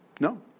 No